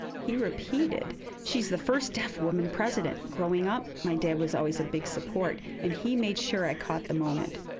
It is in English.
he repeated, she's the first deaf woman president. growing up, my dad was always a big support, and he made sure i caught the moment.